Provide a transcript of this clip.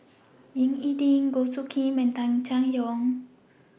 Ying E Ding Goh Soo Khim and Tung Chye Hong